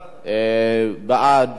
בעד ועדה.